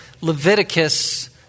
Leviticus